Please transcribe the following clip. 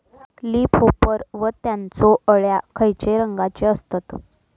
Leaf hopper व त्यानचो अळ्या खैचे रंगाचे असतत?